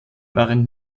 waren